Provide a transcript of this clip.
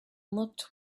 looked